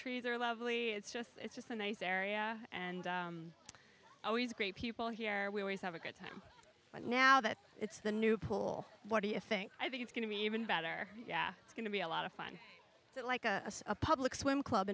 trees are lovely it's just it's just a nice area and always great people here we have a good time but now that it's the new pool what do you think i think it's going to be even better yeah it's going to be a lot of fun but like a public swim club